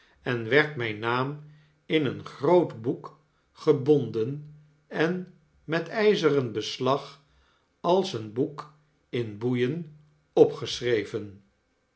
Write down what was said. en werd mijn naam in een groot boek gebonden en met ijzeren beslag als een boek in boeien opgeschreven